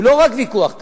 הוא לא רק ויכוח כספי.